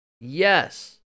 Yes